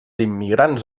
immigrants